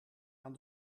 aan